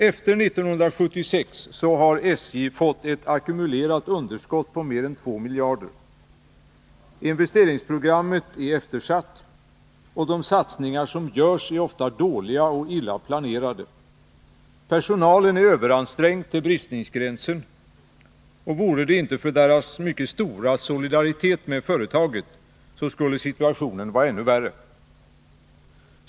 Efter 1976 har SJ emellertid fått ett ackumulerat underskott på mer än 2 miljarder. Investeringsprogrammet är eftersatt. De satsningar som görs är ofta illa planerade. Personalen är överansträngd till bristningsgränsen. Vore det inte för dess stora solidaritet med företaget skulle situationen vara ännu värre.